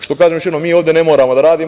Što kažem još jednom, mi ovde ne moramo da radimo.